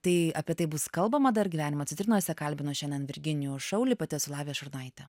tai apie tai bus kalbama dar gyvenimo citrinose kalbinu šiandien virginijų šaulį pati esu lavija šurnaitė